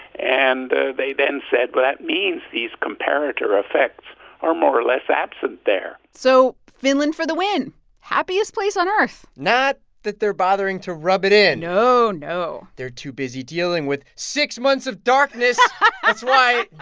and they then said well, that means these comparator effects are more or less absent there so finland for the win happiest place on earth not that they're bothering to rub it in no, no they're too busy dealing with six months of darkness that's right.